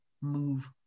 move